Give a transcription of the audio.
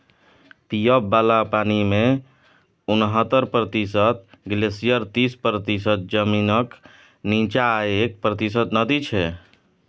पीबय बला पानिमे उनहत्तर प्रतिशत ग्लेसियर तीस प्रतिशत जमीनक नीच्चाँ आ एक प्रतिशत नदी छै